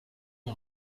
die